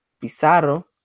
Pizarro